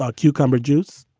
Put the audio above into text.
ah cucumber juice?